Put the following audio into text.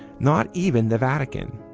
not even the vatican.